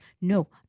No